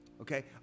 Okay